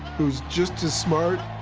who's just as smart,